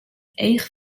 each